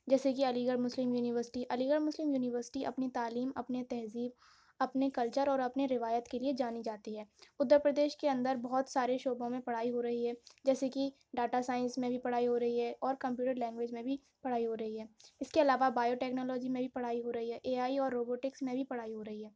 جیسے کہ Aligarh Muslim University Aligarh Muslim University اپنی تعلیم اپنے تہذیب اپنے کلچر اور اپنے روایت کے لیے جانی جاتی ہے اتر پردیش کے اندر بہت سارے شعبوں میں پڑھائی ہو رہی ہے جیسے کہ ڈاٹا سائنس میں بھی پڑھائی ہو رہی ہے اور کمپیوٹر لینگویج میں بھی پڑھائی ہو رہی ہے اس کے علاوہ بائیو ٹیکنالوجی میں بھی پڑھائی ہو رہی ہے اے آئی اور روبوٹکس میں بھی پڑھائی ہو رہی ہے